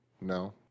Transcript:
No